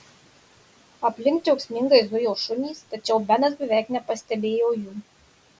aplink džiaugsmingai zujo šunys tačiau benas beveik nepastebėjo jų